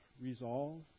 resolve